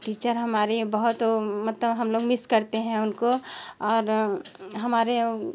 teacher हमारे बहुत मतलब हम लोग मिस करते हैं उनको और हमारे